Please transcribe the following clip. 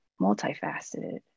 multifaceted